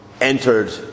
entered